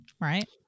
right